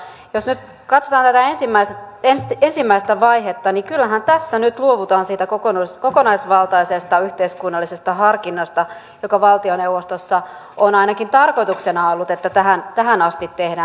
mutta jos nyt katsotaan tätä ensimmäistä vaihetta niin kyllähän tässä nyt luovutaan siitä kokonaisvaltaisesta yhteiskunnallisesta harkinnasta joka valtioneuvostossa on ainakin tähän asti ollut tarkoituksena että tehdään